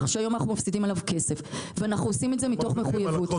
שהיום אנחנו מפסידים עליו כסף ואנחנו עושים את זה מתוך מחויבות.